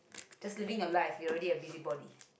just living your life you're already a busybody